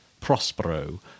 Prospero